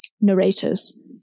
narrators